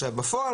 בפועל,